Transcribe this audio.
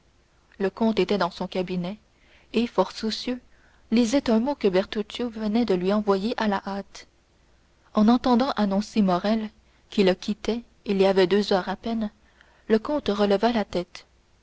le comte était dans son cabinet et fort soucieux lisait un mot que bertuccio venait de lui envoyer à la hâte en entendant annoncer morrel qui le quittait il y avait deux heures à peine le comte releva la tête